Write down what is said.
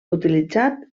utilitzat